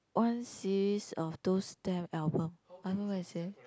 one series of two stamp album I know what I say